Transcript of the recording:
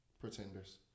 Pretenders